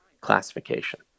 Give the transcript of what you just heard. classification